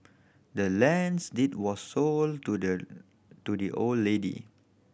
the land's deed was sold to the to the old lady